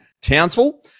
Townsville